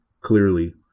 clearly